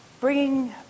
bringing